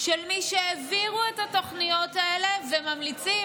של מי שהעבירו את התוכניות האלה וממליצים